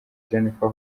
jennifer